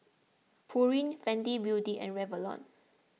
Pureen Fenty Beauty and Revlon